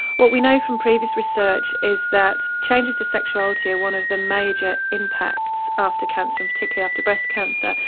what we know from previous research is that changes to sexuality are one of the major impacts after cancer and particularly after breast cancer,